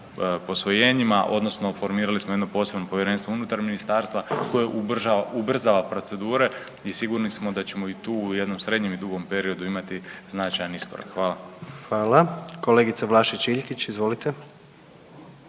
posvojenjima, odnosno formirali smo jedno posebno povjerenstvo unutar Ministarstva koje ubrzava procedure i sigurni smo da ćemo i tu u jednom srednjem i dugom periodu imati značajan iskorak. Hvala. **Jandroković, Gordan (HDZ)** Hvala.